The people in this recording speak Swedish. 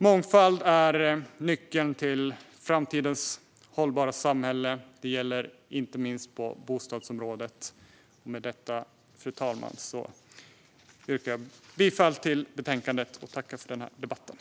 Mångfald är nyckeln till framtidens hållbara samhälle. Det gäller inte minst på bostadsområdet. Med detta, fru talman, yrkar jag bifall till utskottets förslag i betänkandet.